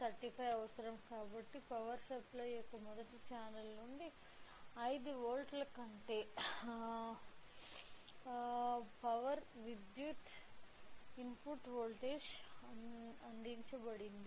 LM35 అవసరం కాబట్టి power supply యొక్క మొదటి ఛానల్ నుండి 5 వోల్ట్ల కంటే పవర్ విద్యుత్ ఇన్పుట్ వోల్టేజ్ అందించబడింది